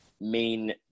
main